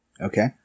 Okay